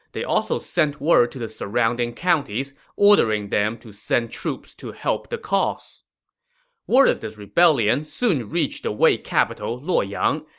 they also sent word to the surrounding counties, ordering them to send troops to help the cause word of this rebellion soon reached the wei capital luoyang,